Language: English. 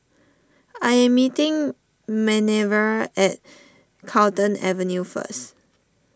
I am meeting Manerva at Carlton Avenue first